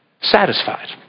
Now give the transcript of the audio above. satisfied